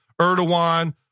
Erdogan